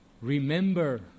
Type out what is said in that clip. Remember